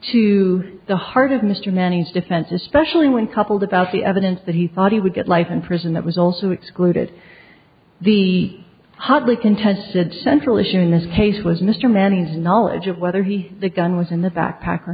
to the heart of mr many's defense especially when coupled about the evidence that he thought he would get life in prison that was also excluded the hotly contested central issue in this case was mr manning's knowledge of whether he the gun was in the backpack or